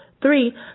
Three